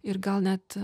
ir gal net